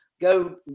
go